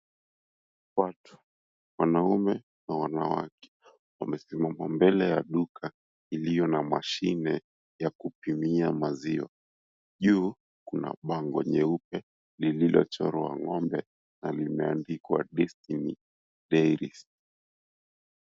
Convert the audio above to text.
Watu wanume kwa wanawake wamesimama mbele ya duka ilio na mashine ya kupimia maziwa juu kuna bango jeupe lilo chorwa ngombe na limeandikwa Destiny Dairies.